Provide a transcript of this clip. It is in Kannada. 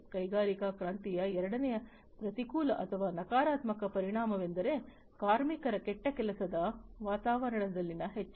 ಕೈಗಾರಿಕಾ ಕ್ರಾಂತಿಯ ಎರಡನೆಯ ಪ್ರತಿಕೂಲ ಅಥವಾ ನಕಾರಾತ್ಮಕ ಪರಿಣಾಮವೆಂದರೆ ಕಾರ್ಮಿಕರ ಕೆಟ್ಟ ಕೆಲಸದ ವಾತಾವರಣದಲ್ಲಿನ ಹೆಚ್ಚಳ